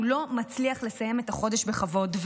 והוא לא מצליח לסיים את החודש בכבוד.